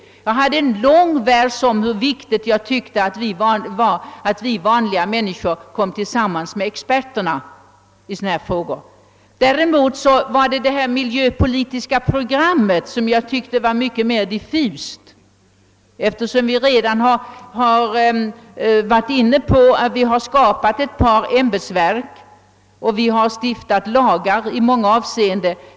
Jag hade en lång vers om hur viktigt jag tyckte det var att vi vanliga människor kom i kontakt med experterna i frågor av detta slag. Jag ansåg däremot att reservationskravet om ett miljöpolitiskt program var mycket mera diffust. Vi har ju på detta område inrättat ett par ämbetsverk och stiftat lagar i många hänseenden.